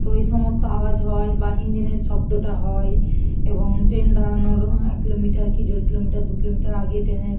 তো এই সমস্ত আওয়াজ হয় বা ইঞ্জিনের শব্দটা হয় এবং ট্রেন দাঁড়ানোর এক কিলোমিটার কী দেড় কিলোমিটার দু কিলোমিটার আগে ট্রেনের